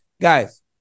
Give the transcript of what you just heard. guys